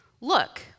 look